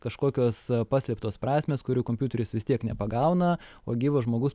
kažkokios paslėptos prasmės kurių kompiuteris vis tiek nepagauna o gyvas žmogus